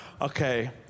Okay